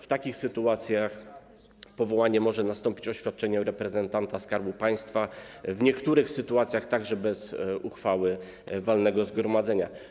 W takich sytuacjach powołanie może nastąpić oświadczeniem reprezentanta Skarbu Państwa, w niektórych sytuacjach także bez uchwały walnego zgromadzenia.